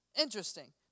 interesting